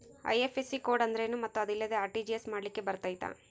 IFSC code ಅಂದ್ರೇನು ಮತ್ತು ಅದಿಲ್ಲದೆ ಆರ್.ಟಿ.ಜಿ.ಎಸ್ ಮಾಡ್ಲಿಕ್ಕೆ ಬರ್ತೈತಾ?